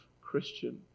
Christian